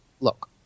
Look